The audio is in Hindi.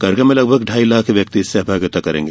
कार्यक्रम में लगभग ढाई लाख व्यक्ति सहभागिता करेंगे